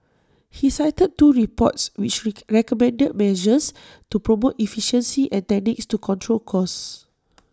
he cited two reports which reek recommended measures to promote efficiency and techniques to control costs